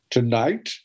Tonight